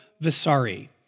Vasari